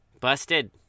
Busted